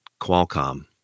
Qualcomm